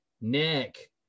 nick